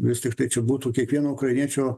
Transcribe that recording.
vis tiktai čia būtų kiekvieno ukrainiečio